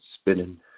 spinning